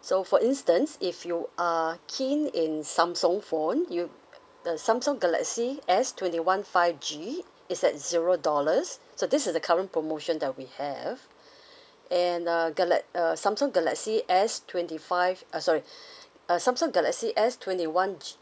so for instance if you are keen in samsung phone you the samsung galaxy S twenty one five g it's at zero dollars so this is the current promotion that we have and uh gala~ uh samsung galaxy S twenty five uh sorry uh samsung galaxy S twenty one G